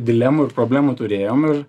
dilemų ir problemų turėjom ir